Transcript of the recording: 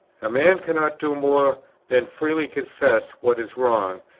a man cannot do more than freely confess what is wrong,